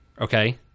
okay